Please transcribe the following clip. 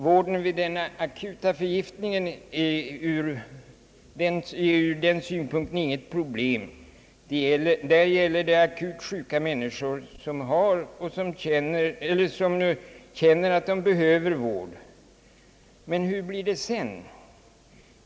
Vården vid den akuta förgiftningen är ur den synpunkten inget problem — där gäller det akut sjuka människor som känner att de behöver vård. Men hur blir det sedan?